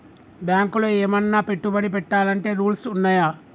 బ్యాంకులో ఏమన్నా పెట్టుబడి పెట్టాలంటే రూల్స్ ఉన్నయా?